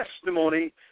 testimony